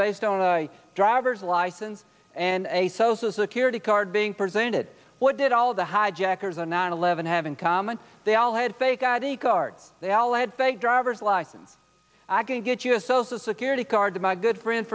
based on a driver's license and a social security card being presented what did all the hijackers on nine eleven have in common they all had fake id cards they all had fake driver's license i can get you a social security card to my good eri